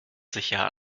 sicher